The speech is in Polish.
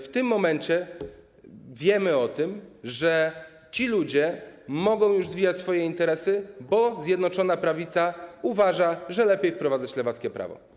W tym momencie wiemy, że ci ludzie mogą już zwijać swoje interesy, bo Zjednoczona Prawica uważa, że lepiej wprowadzać lewackie prawo.